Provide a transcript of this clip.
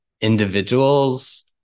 individuals